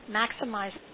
maximize